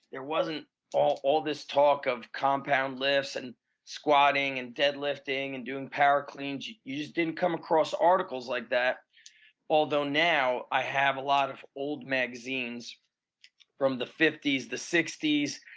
there wasn't all all this talk of compound lifts and squatting and deadlifting and doing power cleans you you just didn't come across articles like that although now, i have a lot of old magazines from the fifty s, the sixty s,